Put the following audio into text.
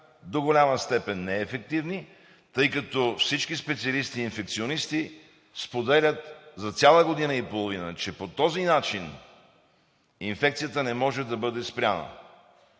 до голяма степен се оказаха неефективни, тъй като всички специалисти инфекционисти споделят за цяла година и половина, че по този начин инфекцията не може да бъде спряна.